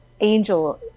Angel